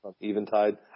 Eventide